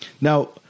now